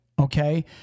okay